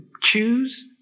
choose